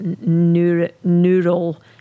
neural